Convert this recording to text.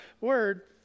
word